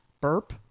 Burp